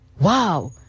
wow